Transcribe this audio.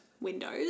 Windows